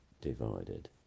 divided